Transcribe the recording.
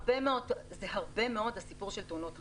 זה הרבה מאוד הסיפור של תאונות חצר.